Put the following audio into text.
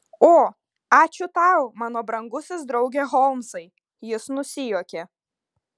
o ačiū tau mano brangusis drauge holmsai jis nusijuokė